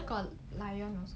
got lion also